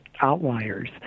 outliers